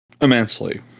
immensely